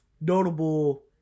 notable